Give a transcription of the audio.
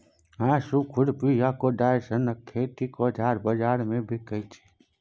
हाँसु, खुरपी आ कोदारि सनक खेतीक औजार बजार मे बिकाइ छै